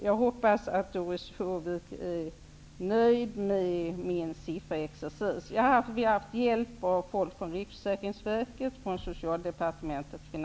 Jag hoppas att Doris Håvik är nöjd med min sifferexercis. Vi har haft hjälp av folk från